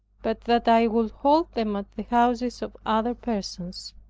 but that i would hold them at the houses of other persons.